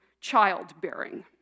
childbearing